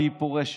והיא פורשת.